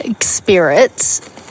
spirits